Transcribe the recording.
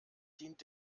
dient